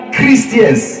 Christians